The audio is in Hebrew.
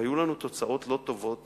והיו לנו תוצאות לא טובות